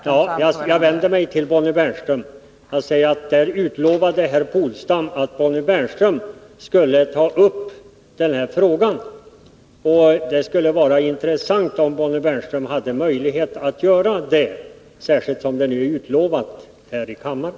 Fru talman! Jag vänder mig till Bonnie Bernström för att säga att herr Polstam utlovade att Bonnie Bernström skulle ta upp denna fråga. Det skulle vara intressant om Bonnie Bernström hade möjlighet att göra det — särskilt som det utlovats här i kammaren.